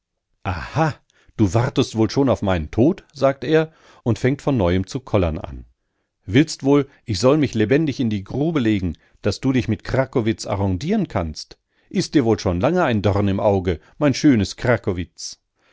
aha du wartest wohl schon auf meinen tod sagt er und fängt von neuem zu kollern an willst wohl ich soll mich lebendig in die grube legen damit du dich mit krakowitz arrondieren kannst ist dir wohl schon lange ein dorn im auge mein schönes